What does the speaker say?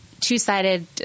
two-sided